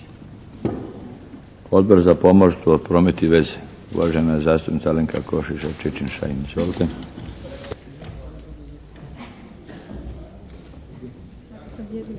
Odbor za pomorstvo, promet i veze, uvažena zastupnica Alenka Košića Čičin-Šain.